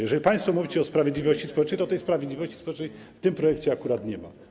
Jeżeli państwo mówicie o sprawiedliwości społecznej, to tej sprawiedliwości społecznej w tym projekcie akurat nie ma.